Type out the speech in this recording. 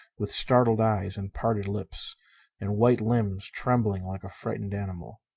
with startled eyes and parted lips and white limbs trembling like a frightened animal.